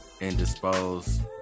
indisposed